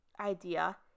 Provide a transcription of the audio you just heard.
idea